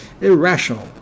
irrational